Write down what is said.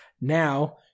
now